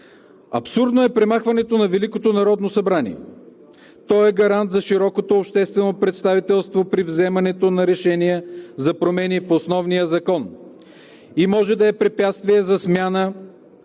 Абсурдно е премахването на Великото народно събрание. То е гарант за широкото обществено представителство при вземането на решения за промени в Основния закон и може да е препятствие за смяна